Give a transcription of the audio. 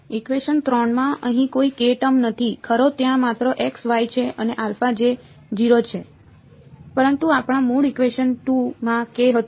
equation 3 માં અહીં કોઈ k ટર્મ નથી ખરો ત્યાં માત્ર x y છે અને જે 0 છે પરંતુ આપણા મૂળ ઇકવેશન 2 માં k હતું